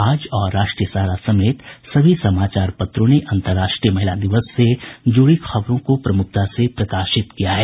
आज और राष्ट्रीय सहारा समेत सभी समाचार पत्रों ने अंतरराष्ट्रीय महिला दिवस से जुड़ी खबरों को प्रमुखता से प्रकाशित किया है